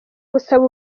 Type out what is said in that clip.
gusaba